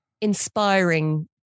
inspiring